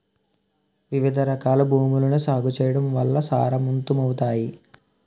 వివిధరకాల భూములను సాగు చేయడం వల్ల సారవంతమవుతాయి